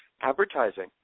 advertising